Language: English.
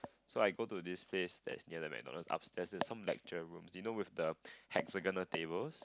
so I go to this place that is near the McDonald upstairs there's some lecture rooms do you know with the hexagonal tables